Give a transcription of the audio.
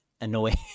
annoying